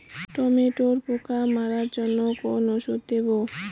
টমেটোর পোকা মারার জন্য কোন ওষুধ দেব?